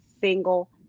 single